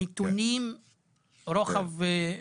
נתוני רוחב אורך הכל.